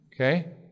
Okay